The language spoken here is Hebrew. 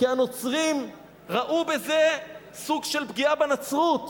כי הנוצרים ראו בזה סוג של פגיעה בנצרות.